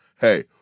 hey